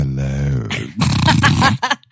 Hello